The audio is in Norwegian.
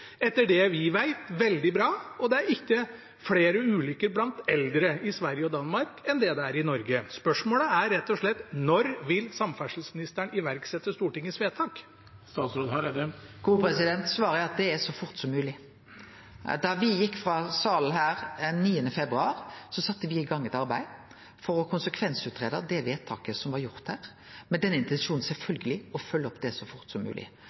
etter det vi vet, og det er ikke flere ulykker blant eldre i Sverige og Danmark enn i Norge. Spørsmålet er rett og slett: Når vil samferdselsministeren iverksette Stortingets vedtak? Svaret er at det er så fort som mogleg. Da me gjekk frå denne salen 9. februar, sette me i gang eit arbeid for å greie ut konsekvensane av det vedtaket som vart gjort her, og sjølvsagt med den intensjonen å følgje det opp så fort som